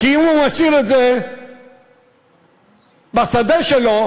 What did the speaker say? כי אם הוא משאיר את זה בשדה שלו,